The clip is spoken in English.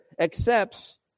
accepts